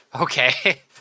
okay